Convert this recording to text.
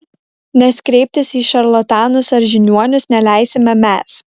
nes kreiptis į šarlatanus ar žiniuonius neleisime mes